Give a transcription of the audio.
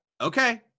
okay